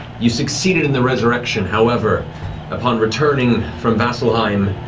you succeeded in the resurrection, however upon returning from vasselheim,